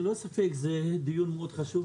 ללא ספק זה דיון מאוד חשוב,